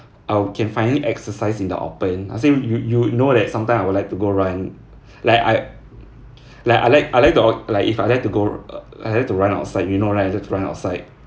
uh can find exercise in the open as in you you know that sometimes I would like to go run like I like I like I like the o~ if I like to go I had to run outside you know right I like to run outside